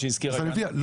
אז בשביל מה מעבירים לו?